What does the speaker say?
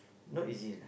not easy lah